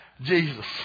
Jesus